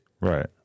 Right